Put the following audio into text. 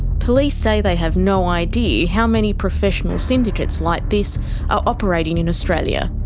police say they have no idea how many professional syndicates like this are operating in australia.